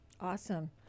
Awesome